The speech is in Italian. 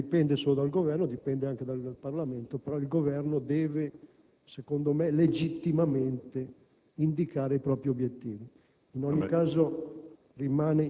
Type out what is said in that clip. Certo, ciò non dipende solo dal Governo, ma anche dal Parlamento. Però, il Governo deve legittimamente indicare i propri obiettivi. In ogni caso,